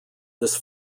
this